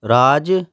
ਰਾਜ